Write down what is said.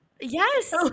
Yes